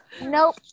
Nope